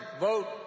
vote